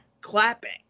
clapping